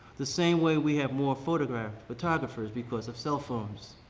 the same way we have more photograph photographers because of cell phones.